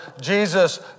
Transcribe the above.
Jesus